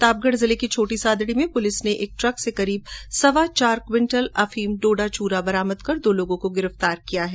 प्रतापगढ जिले की छोटी सादडी में पुलिस ने एक ट्रक से करीब सवा चार क्विटंल अफीम डोडा चूरा बरामद कर दो लोगो को गिरफ्तार किया है